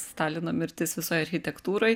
stalino mirtis visoj architektūroj